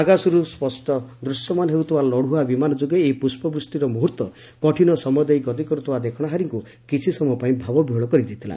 ଆକାଶରୁ ସ୍ୱଷ୍ଟ ଦୂଶ୍ୟମାନ ହେଉଥିବା ଲଡ଼ୁଆ ବିମାନ ଯୋଗେ ଏହି ପୁଷ୍ପ ବୃଷ୍ଟିର ମୁହ୍ରର୍ଭ କଠିନ ସମୟ ଦେଇ ଗତି କରୁଥିବା ଦେଖଣାହାରୀଙ୍କୁ କିଛି ସମୟ ପାଇଁ ଭାବବିହ୍ୱଳ କରିଦେଇଥିଲା